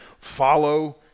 follow